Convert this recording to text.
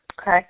Okay